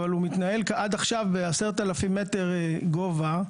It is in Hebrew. אבל הוא מתנהל עד עכשיו ב-10,000 מטר גובה,